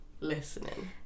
listening